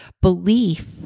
belief